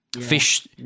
fish